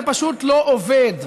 זה פשוט לא עובד,